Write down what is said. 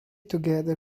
together